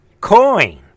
coin